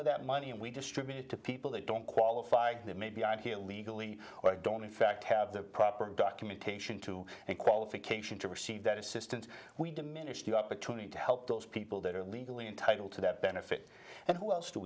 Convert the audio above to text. of that money and we distribute it to people they don't qualify maybe i'm here illegally or i don't in fact have the proper documentation to and qualification to receive that assistance we diminish the opportunity to help those people that are legally entitled to that benefit and who else do